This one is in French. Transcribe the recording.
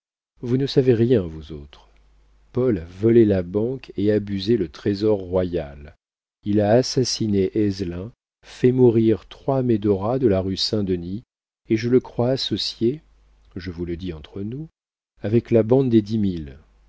vous ne savez rien vous autres paul a volé la banque et abusé le trésor royal il a assassiné ezzelin fait mourir trois médora de la rue saint-denis et je le crois associé je vous le dis entre nous avec la bande des